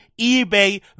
eBay